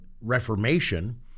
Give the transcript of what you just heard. Reformation